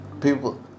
People